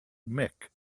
mick